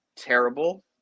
terrible